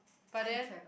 but then